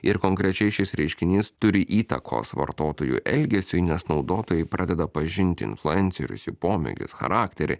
ir konkrečiai šis reiškinys turi įtakos vartotojų elgesiui nes naudotojai pradeda pažinti influencerius jų pomėgius charakterį